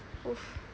oof